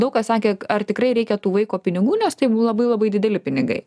daug kas sakė ar tikrai reikia tų vaiko pinigų nes labai labai dideli pinigai